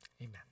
amen